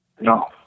No